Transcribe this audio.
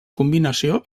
combinació